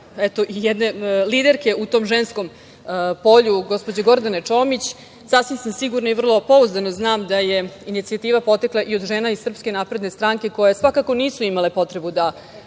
i jedne liderke u tom ženskom polju, gospođe Gordane Čomić, sasvim sam sigurna i vrlo pouzdano znam da je inicijativa potekla i od žena iz SNS koje svakako nisu imale potrebu, iako